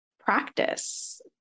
practice